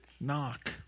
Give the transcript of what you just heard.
knock